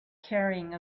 carrying